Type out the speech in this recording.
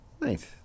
nice